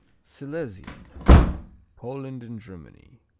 silesian poland and germany